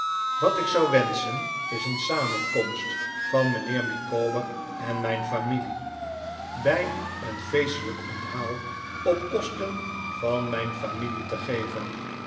wat ik zou wenschen is een samenkomst van mijnheer micawber en mijn familie bij een feestelijk onthaal op kosten van mijn familie te geven